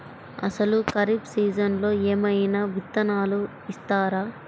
అసలు ఖరీఫ్ సీజన్లో ఏమయినా విత్తనాలు ఇస్తారా?